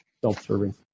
self-serving